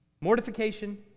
Mortification